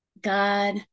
God